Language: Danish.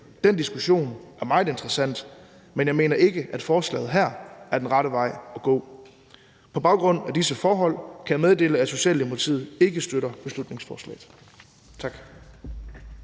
Den diskussion er meget interessant. Men jeg mener ikke, at forslaget her er den rette vej at gå. På baggrund af disse forhold kan jeg meddele, at Socialdemokratiet ikke støtter beslutningsforslaget. Tak.